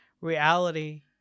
reality